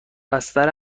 بستر